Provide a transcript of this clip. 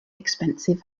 expensive